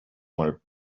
molt